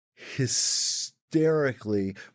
Hysterically